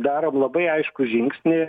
darom labai aiškų žingsnį